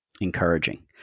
encouraging